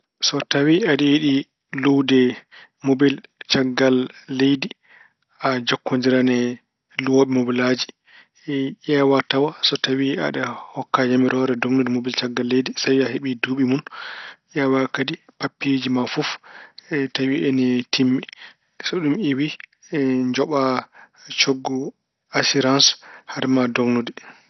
So tawi a yiɗi luwde mobel caggal leydi, a jokkondiran e luwooɓe mobelaaji. Ƴeewa tawa tawi aɗa jokka yamiroore dognude mobel caggal leydi, so tawi a heɓi duuɓi mun. Ƴeewa kadi papiyeeji ma fof tawi ene timmi. So ɗum iwi, njoɓa coggu asiraas hade ma dognude.